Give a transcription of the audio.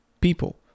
people